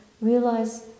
realize